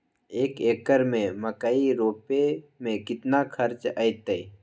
एक एकर में मकई रोपे में कितना खर्च अतै?